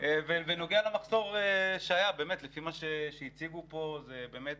בנוגע למחסור שהיה, לפי מה שהציגו פה, באמת